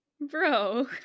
Bro